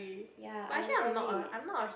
ya I love it